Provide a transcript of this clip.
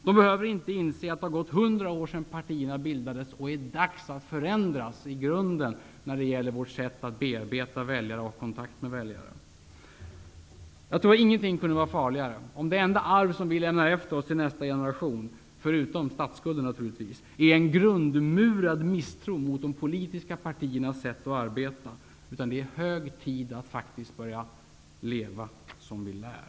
De behöver inte inse att det har gått 100 år sedan partierna bildades och att det är dags att de i grunden förändras när det gäller sättet att bearbeta väljare och ha kontakter med väljare. Jag tror ingenting kunde vara farligare -- om det är det enda arv som vi lämnar efter oss till nästa generation förutom naturligtvis statsskulden -- än en grundmurad misstro mot de politiska partiernas sätt att arbeta. Det är hög tid för oss att faktiskt börja leva som vi lär.